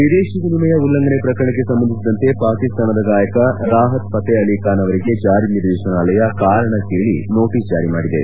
ವಿದೇಶೀ ವಿನಿಮಯ ಉಲ್ಲಂಘನೆ ಪ್ರಕರಣಕ್ಕೆ ಸಂಬಂಧಿಸಿದಂತೆ ಪಾಕಿಸ್ತಾನದ ಗಾಯಕ ರಾಹತ್ ಫಥೇ ಅಲಿ ಖಾನ್ ಅವರಿಗೆ ಜಾರಿ ನಿರ್ದೇತನಾಲಯ ಕಾರಣ ಕೇಳಿ ನೋಟಿಸ್ ಜಾರಿ ಮಾಡಿದೆ